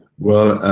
well,